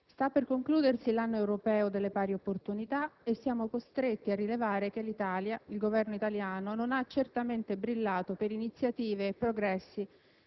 sta per concludersi l'anno europeo delle pari opportunità e siamo costretti a rilevare che l'Italia, il Governo italiano, non ha certamente brillato per iniziative e progressi